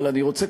אבל אני רוצה,